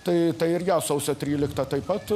tai ir ją sausio tryliktą taip pat